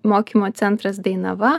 mokymo centras dainava